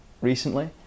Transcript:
recently